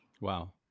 wow